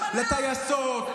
לטייסות,